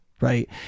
Right